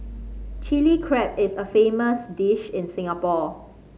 Chilli Crab is a famous dish in Singapore